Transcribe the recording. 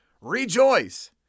Rejoice